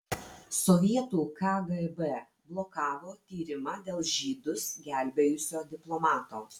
sovietų kgb blokavo tyrimą dėl žydus gelbėjusio diplomato